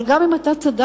אבל גם אם אתה צדקת,